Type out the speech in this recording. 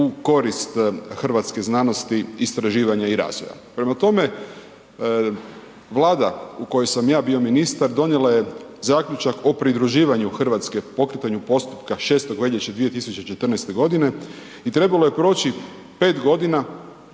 u korist hrvatskih znanosti, istraživanja i razvoja. Prema tome, Vlada u kojoj sam ja bio ministar, donijela je zaključak o pridruživanju Hrvatske, pokretanju postupka 6. veljače 2014. godine i trebalo je proći 5 godina